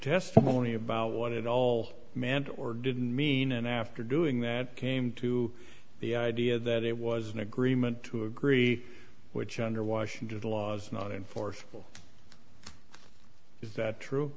testimony about what it all meant or didn't mean and after doing that came to the idea that it was an agreement to agree which under washington's laws not enforceable is that true